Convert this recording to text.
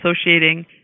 associating